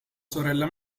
sorella